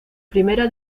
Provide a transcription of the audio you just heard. primera